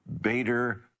bader